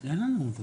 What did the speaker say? אין לנו.